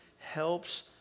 helps